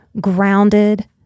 grounded